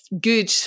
good